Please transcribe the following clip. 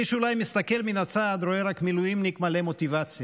מי שאולי מסתכל מהצד רואה רק מילואימניק מלא מוטיבציה,